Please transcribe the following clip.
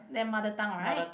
then mother tongue right